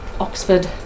Oxford